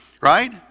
right